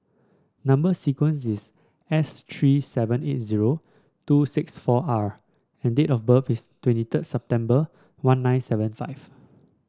number sequence is S three seven eight zero two six four R and date of birth is twenty third September one nine seven five